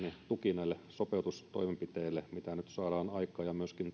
tuki näille sopeutustoimenpiteille mitä nyt saadaan aikaan ja myöskin